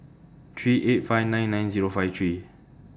three eight five nine nine Zero five three